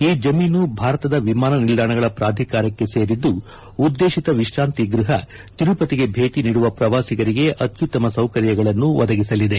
ಈ ಜಮೀನು ಭಾರತದ ವಿಮಾನ ನಿಲ್ದಾಣಗಳ ಪ್ರಾಧಿಕಾರಕ್ಕೆ ಸೇರಿದ್ದು ಉದ್ದೇಶಿತ ವಿಶ್ರಾಂತಿ ಗೃಹ ತಿರುಪತಿಗೆ ಭೇಟಿ ನೀಡುವ ಪ್ರವಾಸಿಗರಿಗೆ ಅತ್ಯುತ್ತಮ ಸೌಕರ್ಯಗಳನ್ನು ಒದಗಿಸಲಿದೆ